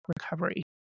recovery